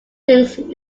things